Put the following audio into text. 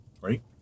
right